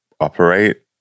operate